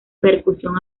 percusión